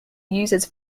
uses